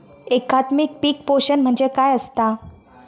एकात्मिक पीक पोषण म्हणजे काय असतां?